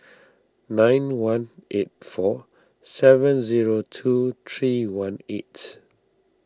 nine one eight four seven zero two three one eight